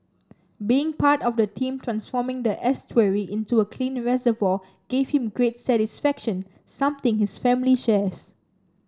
being part of the team transforming the estuary into a clean reservoir gave him great satisfaction something his family shares